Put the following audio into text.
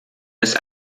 ist